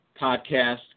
podcast